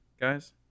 guys